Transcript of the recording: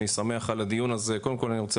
אני שמח על הדיון הזה וקודם כל אני רוצה